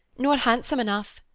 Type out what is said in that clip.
nor handsome enough,